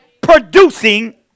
Producing